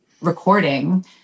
recording